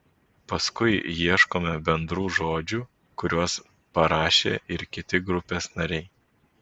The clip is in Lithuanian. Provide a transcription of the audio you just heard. paskui ieškome bendrų žodžių kuriuos parašė ir kiti grupės nariai